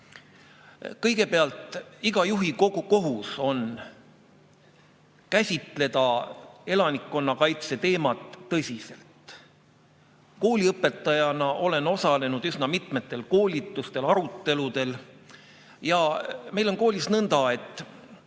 Kõigepealt, iga juhi kohus on käsitleda elanikkonnakaitse teemat tõsiselt. Kooliõpetajana olen osalenud üsna mitmetel koolitustel, aruteludel. Meil on koolis nõnda, et inimesest